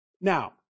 Now